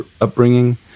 upbringing